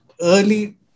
early